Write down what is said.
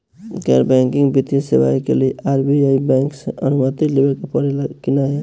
गैर बैंकिंग वित्तीय सेवाएं के लिए आर.बी.आई बैंक से अनुमती लेवे के पड़े ला की नाहीं?